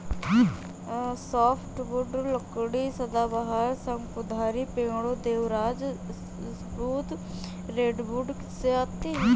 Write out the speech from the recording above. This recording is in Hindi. सॉफ्टवुड लकड़ी सदाबहार, शंकुधारी पेड़ों, देवदार, स्प्रूस, रेडवुड से आती है